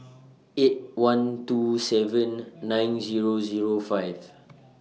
eight one two seven nine Zero Zero five